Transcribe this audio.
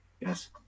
Yes